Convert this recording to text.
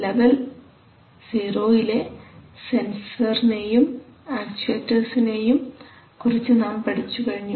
level 0 ലെ sensors നെയും actuators നെയും കുറിച്ച് നാം പഠിച്ചുകഴിഞ്ഞു